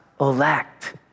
elect